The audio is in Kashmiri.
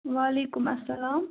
وعلیکُم اَسلام